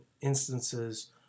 instances